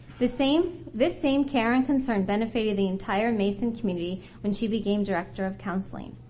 the same, this same caring concern benefited the entire mason community when she became director of counseling.